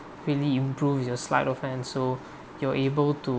really improves your sleight of hand so you're able to